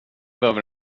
behöver